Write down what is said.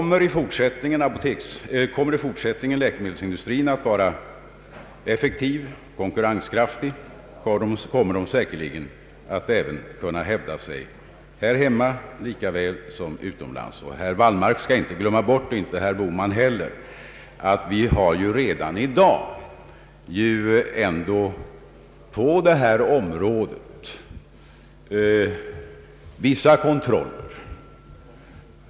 Om läkemedelsindustrin även i fortsättningen är effektiv och konkurrenskraftig kommer den säkerligen också att kunna hävda sig bå de här hemma och utomlands. Herr Wallmark skall inte glömma bort — och inte herr Bohman heller att vi redan i dag på detta område har vissa kontroller.